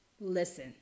listen